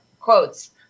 quotes